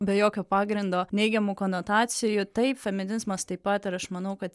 be jokio pagrindo neigiamų konotacijų taip feminizmas taip pat ir aš manau kad